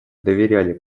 доверяли